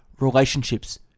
relationships